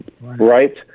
right